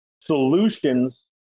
Solutions